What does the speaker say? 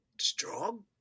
strong